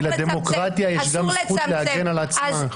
כי לדמוקרטיה יש גם זכות להגן על עצמה.